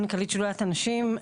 אני מנכ"לית שדולת הנשים.